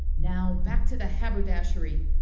now back to the haberdashery.